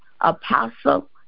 Apostle